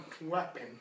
weapon